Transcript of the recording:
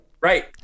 Right